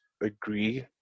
agree